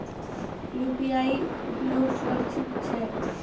UPI उपयोग सुरक्षित छै?